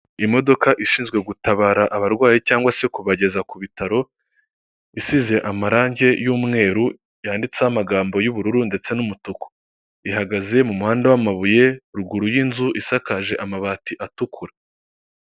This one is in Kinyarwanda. Ahantu heza hasukuye by'intangarugero bigaragara ko hafatirwa amafunguro, harimwo intebe nziza ndetse n'ameza, iruhande hari akabati karimo ibikoresho byifashishwa.